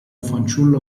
fanciullo